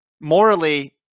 morally